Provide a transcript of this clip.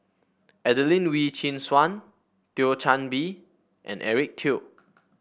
Adelene Wee Chin Suan Thio Chan Bee and Eric Teo